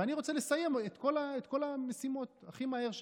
ואני רוצה לסיים את כל המשימות הכי מהר שאפשר.